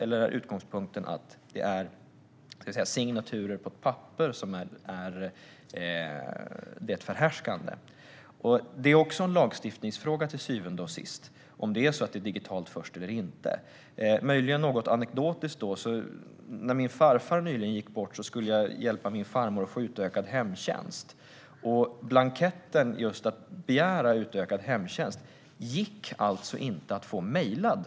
Eller är utgångspunkten att det är signaturer på papper som är det förhärskande? Det är till syvende och sist också en lagstiftningsfråga om det är digitalt först eller inte som ska gälla. Jag kan vara lite anekdotisk. När min farfar nyligen gick bort skulle jag hjälpa min farmor att få utökad hemtjänst. Blanketten för att begära utökad hemtjänst gick inte att få mejlad.